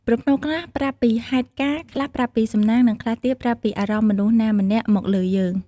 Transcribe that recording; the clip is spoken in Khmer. ប្រផ្នូលខ្លះប្រាប់ពីហេតុការណ៍ ខ្លះប្រាប់ពីសំណាង និងខ្លះទៀតប្រាប់ពីអារម្មណ៍មនុស្សណាម្នាក់មកលើយើង។